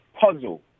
puzzle